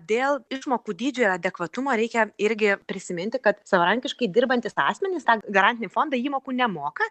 dėl išmokų dydžio adekvatumo reikia irgi prisiminti kad savarankiškai dirbantys asmenys tą garantinį fondą įmokų nemoka